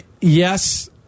Yes